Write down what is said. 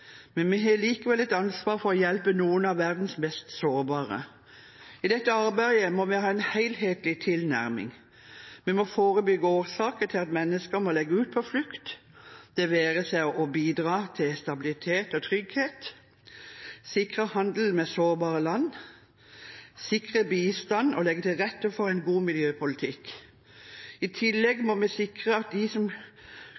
men vi har likevel et ansvar for å hjelpe noen av verdens mest sårbare. I dette arbeidet må vi ha en helhetlig tilnærming. Vi må forebygge årsaker til at mennesker må legge ut på flukt, det være seg å bidra til stabilitet og trygghet, sikre handel med sårbare land, sikre bistand og legge til rette for en god miljøpolitikk. I tillegg